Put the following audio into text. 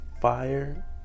fire